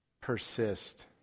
Persist